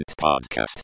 podcast